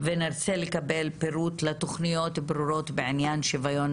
ונרצה לקבל פירוט לתוכניות ברורות בעניין שוויון